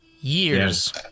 Years